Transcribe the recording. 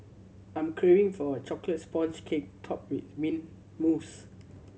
I'm craving for a chocolate sponge cake topped with mint mousse